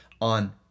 on